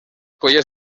colles